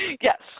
Yes